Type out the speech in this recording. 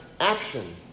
action